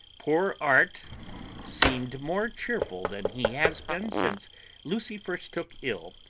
poor art seemed more cheerful than he has been since lucy first took ill,